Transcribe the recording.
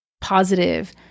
positive